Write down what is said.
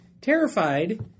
terrified